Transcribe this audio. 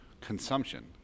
consumption